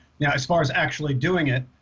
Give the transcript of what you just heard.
know as far as actually doing it